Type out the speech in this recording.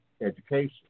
education